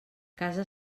casa